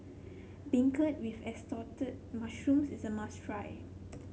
beancurd with Assorted Mushrooms is a must try